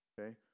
okay